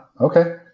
okay